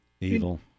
Evil